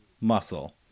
muscle